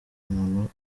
umuntu